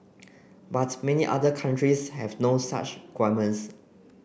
but many other countries have no such requirements